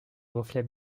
reflets